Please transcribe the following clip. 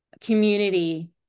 community